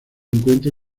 encuentra